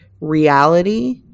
reality